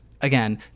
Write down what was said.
Again